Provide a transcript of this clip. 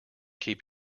keep